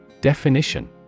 Definition